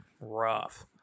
rough